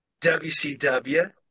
WCW